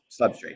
substrate